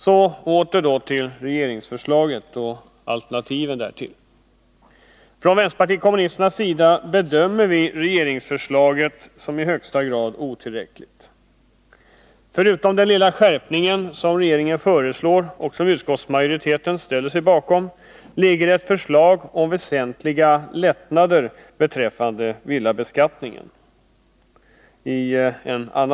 Så åter till regeringsförslaget och alternativen därtill. Från vänsterpartiet kommunisternas sida bedömer vi regeringsförslaget som i högsta grad otillräckligt. Förutom den lilla skärpning som regeringen föreslår och som utskottsmajoriteten ställer sig bakom, finns i en annan proposition ett förslag om väsentliga lättnader beträffande villabeskattningen.